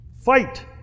fight